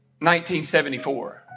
1974